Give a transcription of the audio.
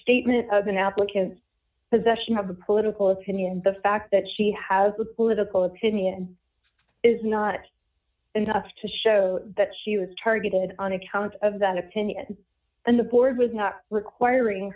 statement of an applicant possession of a political opinion the fact that she has a political opinion is not enough to show that she was targeted on account of that opinion and the board was not requiring